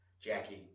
Jackie